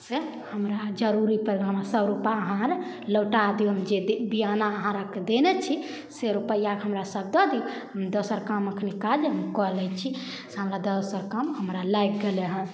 से हमरा जरूरी पड़ि गेल हमरा सभ रूपा अहाँ आर लौटा दिउ हम जे बियाना अहाँ आरके देने छी से रुपैआके हमरा सभ दऽ दियऽ हम दोसर काम अखनी काज हम कऽ लै छी से हमरा दोसर काम हमरा लागि गेलहँ